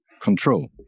control